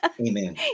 Amen